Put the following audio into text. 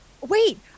wait